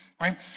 right